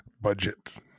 budgets